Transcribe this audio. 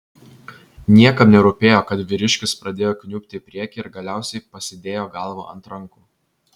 niekam nerūpėjo kad vyriškis pradėjo kniubti į priekį ir galiausiai pasidėjo galvą ant rankų